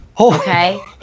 okay